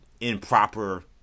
improper